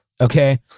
okay